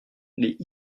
les